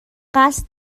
قصد